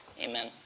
amen